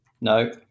no